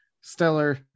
stellar